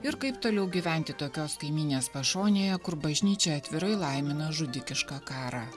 ir kaip toliau gyventi tokios kaimynės pašonėje kur bažnyčia atvirai laimina žudikišką karą